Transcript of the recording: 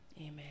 amen